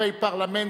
נמנעים.